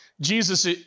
Jesus